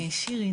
שירי,